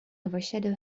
overshadow